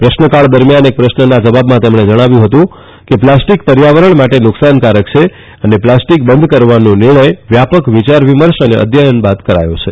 પ્રશ્નકાળ દરમિયાન એક પ્રશ્નના જવાબમાં તેમણે જણાવ્યું હતું કે પ્લાસ્ટીક પર્યાવરણ માટે નુકસાનકારક છે અને પ્લાસ્ટીક બંધ કરવાનો નિર્ણય વ્યાપક વિચારવિમર્શ અને અધ્યયન બાદ કરાયો છે